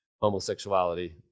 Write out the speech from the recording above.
homosexuality